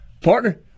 Partner